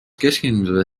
keskenduda